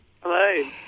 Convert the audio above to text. Hello